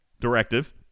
directive